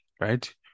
right